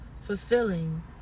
fulfilling